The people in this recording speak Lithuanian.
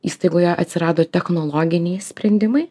įstaigoje atsirado technologiniai sprendimai